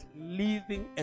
living